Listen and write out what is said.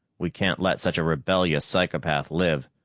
we can't let such a rebellious psychopath live.